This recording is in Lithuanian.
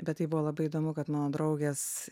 bet tai buvo labai įdomu kad mano draugės